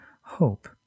hope